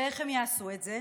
ואיך הם יעשו את זה?